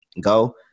Go